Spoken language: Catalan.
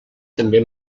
també